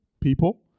People